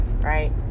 right